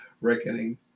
Reckoning